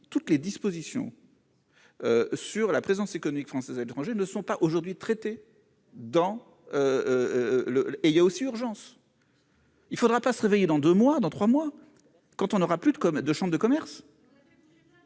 toutes les dispositions sur la présence économique française à l'étranger ne sont pas traitées, alors qu'il y a urgence ! Il ne faudra pas se réveiller dans deux ou trois mois, quand on n'aura plus de chambres de commerce.